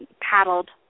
paddled